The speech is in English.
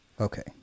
okay